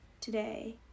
today